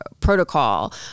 protocol